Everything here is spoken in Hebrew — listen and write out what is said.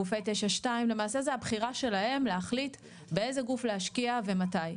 למעשה זה הבחירה שלהם להחליט באיזה גוף להשקיע ומתי.